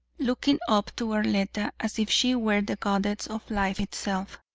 looking up to arletta as if she were the goddess of life itself,